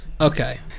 Okay